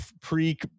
pre